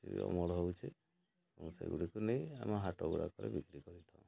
କିଛି ଅମଳ ହେଉଛି ମୁଁ ସେଗୁଡ଼ିକୁ ନେଇ ଆମେ ହାଟ ଗୁଡ଼ାକରେ ବିକ୍ରି କରିଥାଉ